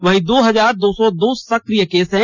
वहीं दो हजार दो सौ दो सक्रिय केस हैं